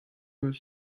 eus